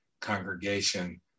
congregation